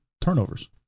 turnovers